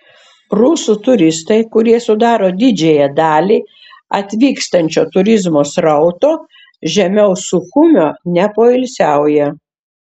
rusų turistai kurie sudaro didžiąją dalį atvykstančio turizmo srauto žemiau suchumio nepoilsiauja